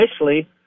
initially